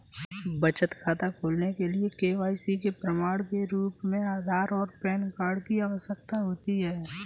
बचत खाता खोलने के लिए के.वाई.सी के प्रमाण के रूप में आधार और पैन कार्ड की आवश्यकता होती है